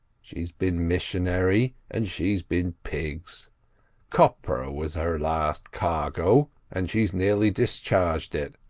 she's been missionary, and she's been pigs copra was her last cargo, and she's nearly discharged it.